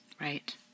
Right